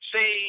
Say